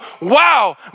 wow